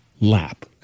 lap